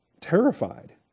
Terrified